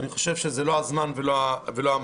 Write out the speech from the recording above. אני חושב שזה לא הזמן ולא המקום.